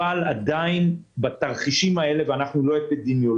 אבל עדיין בתרחישים הללו ואנחנו לא אפידמיולוגים